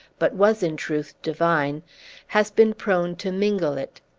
but was, in truth, divine has been prone to mingle it.